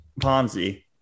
Ponzi